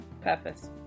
Purpose